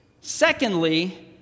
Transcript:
Secondly